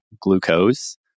glucose